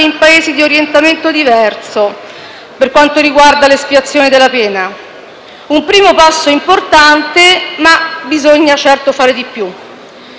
in Paesi di orientamento diverso per quanto riguarda l'espiazione della pena. Un primo passo importante, ma bisogna certo fare di più.